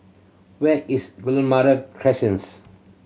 where is Guillemard Crescent